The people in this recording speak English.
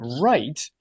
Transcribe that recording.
right